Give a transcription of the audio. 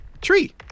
Tree